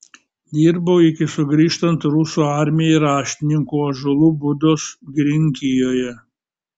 dirbau iki sugrįžtant rusų armijai raštininku ąžuolų būdos girininkijoje